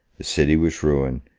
the city was ruined,